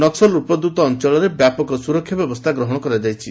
ନକ୍ୱଲ ଉପଦ୍ରତ ଅଞ୍ଚଳରେ ବ୍ୟାପକ ସୁରକ୍ଷା ବ୍ୟବସ୍ଥା ଗ୍ରହଣ କରାଯାଇଛି